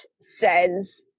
says